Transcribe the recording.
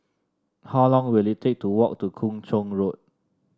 how long will it take to walk to Kung Chong Road